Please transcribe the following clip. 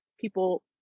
people